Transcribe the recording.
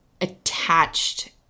attached